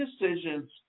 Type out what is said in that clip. decisions